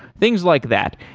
things like that.